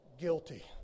guilty